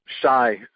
shy